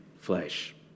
flesh